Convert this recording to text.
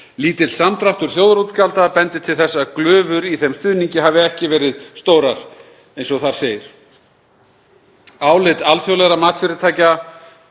lítill samdráttur þjóðarútgjalda bendi til þess að glufur í þeim stuðningi hafi ekki verið stórar, eins og þar segir. Álit alþjóðlegra matsfyrirtækja,